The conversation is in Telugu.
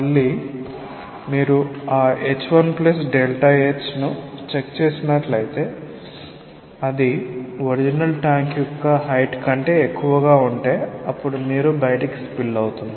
మళ్ళీ మీరు ఆ h1h ను చెక్ చేసినట్లయితే అది ఒరిజినల్ ట్యాంక్ యొక్క హైట్ కంటే ఎక్కువగా ఉంటే అప్పుడు నీరు బయటికి స్పిల్ అవుతుంది